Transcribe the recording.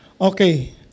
Okay